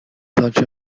such